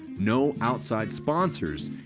no outside sponsors,